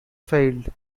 failed